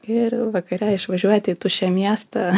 ir vakare išvažiuoti į tuščią miestą